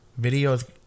videos